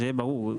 זה ברור,